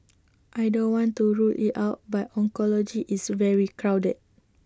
I don't want to rule IT out but oncology is very crowded